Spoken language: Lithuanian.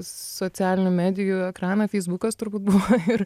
socialinių medijų ekraną feisbukas turbūt buvo ir